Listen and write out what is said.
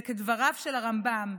וכדבריו של הרמב"ם,